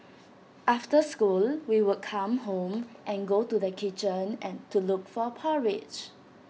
after school we would come home and go to the kitchen and to look for porridge